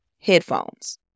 headphones